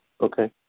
Okay